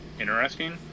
interesting